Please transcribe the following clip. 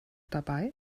dabei